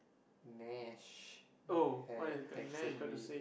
Nash had texted me